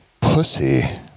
pussy